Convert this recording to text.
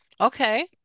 Okay